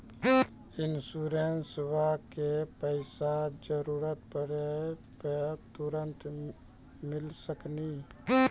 इंश्योरेंसबा के पैसा जरूरत पड़े पे तुरंत मिल सकनी?